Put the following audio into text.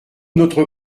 notre